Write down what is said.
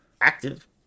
active